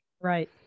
right